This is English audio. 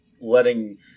letting